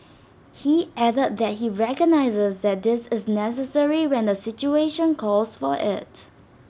he added that he recognises that this is necessary when the situation calls for IT